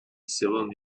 seven